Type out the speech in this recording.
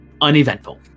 uneventful